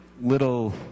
little